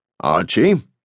Archie